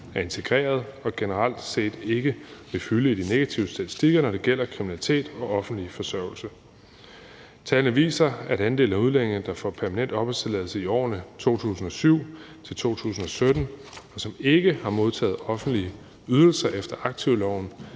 er integreret og generelt set ikke vil fylde i de negative statistikker, når det gælder kriminalitet og offentlig forsørgelse. Tallene viser, at andelen af udlændinge, der har fået permanent opholdstilladelse i årene 2007-2017, og som ikke har modtaget offentlige ydelser efter aktivloven